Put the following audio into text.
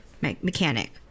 mechanic